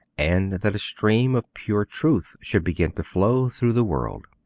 and that a stream of pure truth should begin to flow through the world.